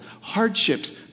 hardships